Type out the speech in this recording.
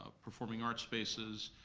ah performing arts spaces,